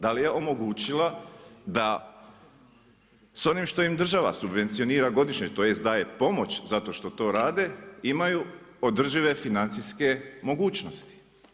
Da li je omogućila da s onim što im država subvencionira godišnje, tj. daje pomoć, zato što to rade, imaju održive financijske mogućnosti.